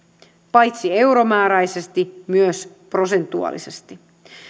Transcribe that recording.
paitsi euromääräisesti myös prosentuaalisesti